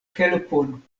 helpon